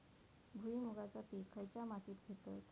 भुईमुगाचा पीक खयच्या मातीत घेतत?